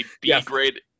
B-grade